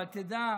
אבל תדע,